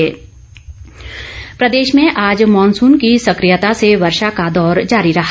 मौसम प्रदेश मे आज मॉनसून की सक्रियता से वर्षा का दौर जारी रहा